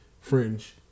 Fringe